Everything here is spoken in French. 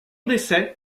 décès